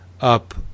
up